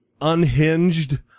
unhinged